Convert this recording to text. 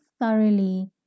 thoroughly